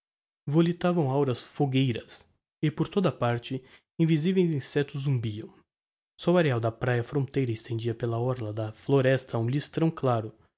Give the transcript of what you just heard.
volitavam auras fagueiras e por toda a parte invisiveis insectos zumbiam só o areial da praia fronteira extendia pela orla da floresta um listrão claro